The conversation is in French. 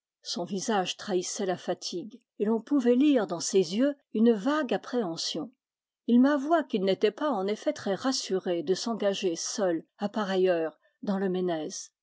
son visage trahissait la fatigue et l'on pouvait lire dans ses yeux une vague appré hension il m'avoua qu'il n'était pas en effet très rassuré de s'engager seul à pareille heure dans le ménez